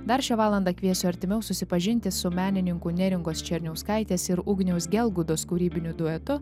dar šią valandą kviesiu artimiau susipažinti su menininkų neringos černiauskaitės ir ugniaus gelgudos kūrybiniu duetu